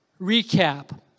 recap